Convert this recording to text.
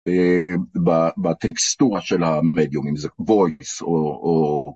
בטקסטורה של המדיומים זה ווייס או.